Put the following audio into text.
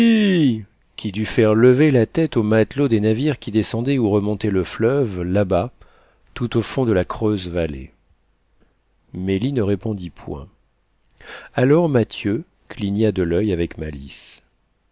qui dut faire lever la tête aux matelots des navires qui descendaient ou remontaient le fleuve là-bas tout au fond de la creuse vallée mélie ne répondit point alors mathieu cligna de l'oeil avec malice